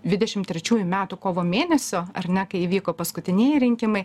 dvidešim trečiųjų metų kovo mėnesio ar ne kai įvyko paskutinieji rinkimai